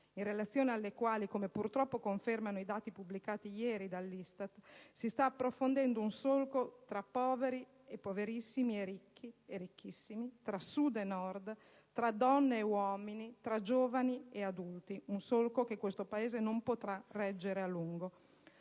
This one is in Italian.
in relazione alle quali, come purtroppo confermano i dati ISTAT pubblicati ieri, si sta approfondendo il solco tra poveri e poverissimi e ricchi o ricchissimi, tra Sud e Nord, tra donne e uomini, tra giovani e adulti, un solco che il Paese non potrà reggere a lungo.